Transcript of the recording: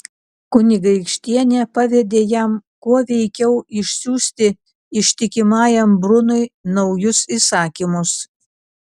kunigaikštienė pavedė jam kuo veikiau išsiųsti ištikimajam brunui naujus įsakymus